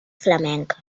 flamenca